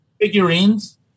Figurines